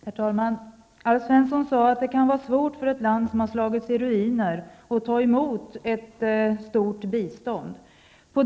Herr talman! Alf Svensson sade att det kan vara svårt för ett land som har slagits i ruiner att ta emot ett stort bistånd.